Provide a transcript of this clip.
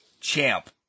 champ